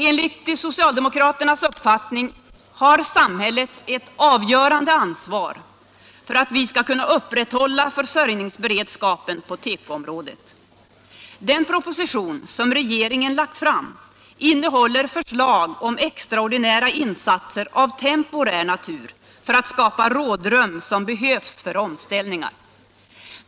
Enligt socialdemokraternas uppfattning har samhället ett avgörande ansvar för att vi skall kunna upprätthålla försörjningsberedskapen på tekoområdet. Den proposition som regeringen har lagt fram innehåller förslag om extraordinära insatser av temporär natur för att skapa det rådrum som behövs för omställningar.